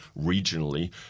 regionally